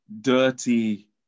Dirty